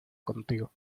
contigo